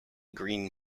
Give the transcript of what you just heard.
green